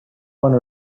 one